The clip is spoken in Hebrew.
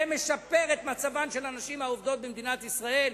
זה משפר את מצבן של הנשים העובדות במדינת ישראל.